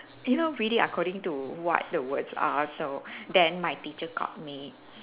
you know read it according to what the words are so then my teacher caught me